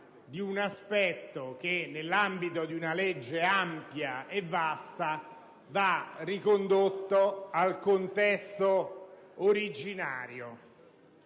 di un aspetto che, nell'ambito di una legge ampia e vasta, va ricondotto al contesto originario.